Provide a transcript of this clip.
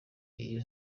y’iyo